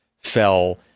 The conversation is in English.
fell